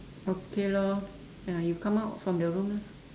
okay lor ya you come out from the room lah